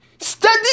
Study